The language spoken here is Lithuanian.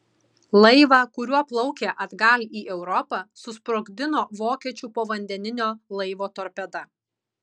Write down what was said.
laivą kuriuo plaukė atgal į europą susprogdino vokiečių povandeninio laivo torpeda